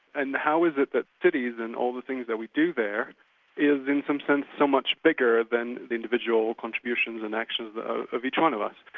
and how is it that cities and all the things that we do there is, in some sense, so much bigger than the individual contributions and actions of each one of us.